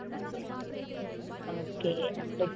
അതേ ഓക്കെ അപ്പം